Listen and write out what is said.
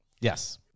Yes